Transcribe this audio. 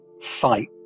fight